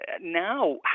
now